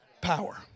power